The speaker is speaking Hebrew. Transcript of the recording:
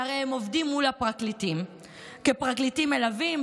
שהרי הם עובדים מול הפרקליטים כפרקליטים מלווים,